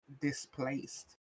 displaced